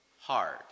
hard